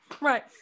Right